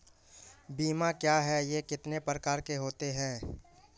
बीमा क्या है यह कितने प्रकार के होते हैं?